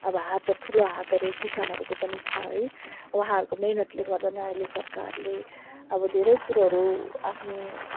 अब हात ठुलो हातहरू किसानहरूको पनि छ है उहाँहरूको मेहनतले गर्दा नै अहिले सरकारले अब धेरै कुरोहरू आफ्नो